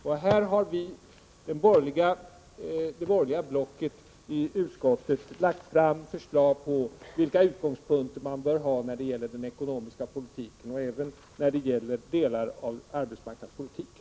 Vi har från det borgerliga blocket i utskottet lagt fram förslag om vilka utgångspunkter man skall ha när det gäller den ekonomiska politiken, och även när det gäller delar av arbetsmarknadspolitiken.